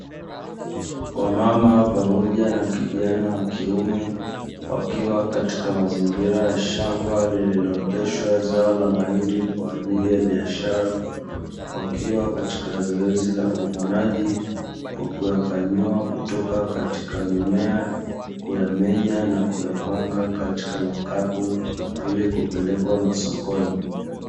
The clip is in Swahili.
Wamama pamoja na kijana wa kiume wakiwa katika mazingira ya shamba, lililooteshwa zao la mahindi kwa ajili ya biashara. Wakiwa katika zoezi la uvunaji kwa kuyakwanyua kutoka katika mimea, kuyamenya na kuyapanga katika makapu; ili kupelekwa sokoni.